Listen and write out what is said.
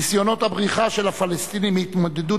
ניסיונות הבריחה של הפלסטינים מהתמודדות